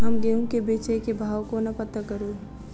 हम गेंहूँ केँ बेचै केँ भाव कोना पत्ता करू?